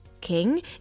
King